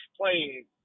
playing